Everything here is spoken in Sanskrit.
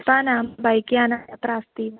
ह्यस्तनं बैक्यानम् अत्र अस्ति